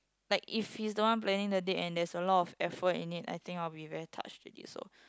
like if he's the one planning the date and there's a lot of effort in it I think I will be very touched already so